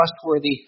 trustworthy